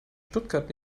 stuttgart